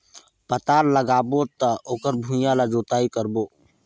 पातल लगाबो त ओकर भुईं ला जोतई करबो?